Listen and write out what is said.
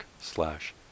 slash